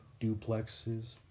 duplexes